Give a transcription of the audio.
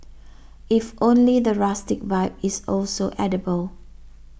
if only the rustic vibe is also edible